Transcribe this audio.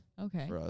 Okay